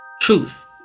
truth